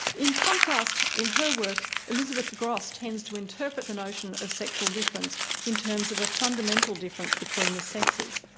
in contrast, in her work, elizabeth gross tends to interpret the notion of sexual difference in terms of a fundamental difference between the sexes.